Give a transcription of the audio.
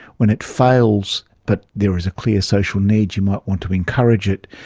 when it fails but there is a clear social need you might want to encourage it,